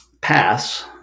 pass